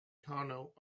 carnot